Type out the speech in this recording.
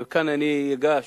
וכאן אני אגש